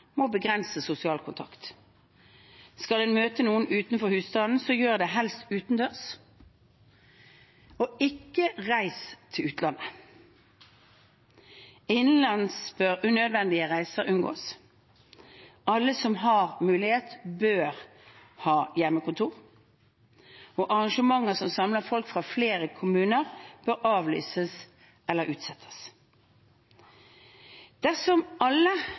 må begrense sosial kontakt. Skal en møte noen utenfor husstanden, gjør det helst utendørs. Ikke reis til utlandet. Innenlands bør unødvendige reiser unngås. Alle som har mulighet, bør ha hjemmekontor. Arrangementer som samler folk fra flere kommuner, bør avlyses eller utsettes. Dersom alle